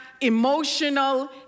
emotional